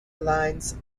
lines